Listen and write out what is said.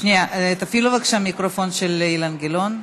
שנייה, תפעילו בבקשה את המיקרופון של אילן גילאון.